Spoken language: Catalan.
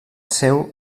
seu